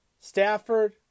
Stafford